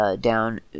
down